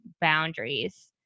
boundaries